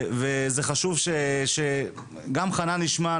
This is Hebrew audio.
זה חשוב שגם חנן ישמע,